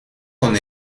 con